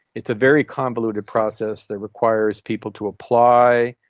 it's a very convoluted process that requires people to apply,